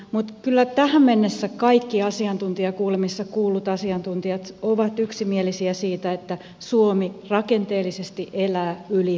mutta kyllä tähän mennessä kaikki asiantuntijakuulemisissa kuullut asiantuntijat ovat yksimielisiä siitä että suomi rakenteellisesti elää yli varojensa